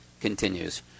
continues